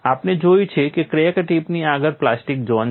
આપણે જોયું છે કે ક્રેક ટિપની આગળ પ્લાસ્ટિક ઝોન છે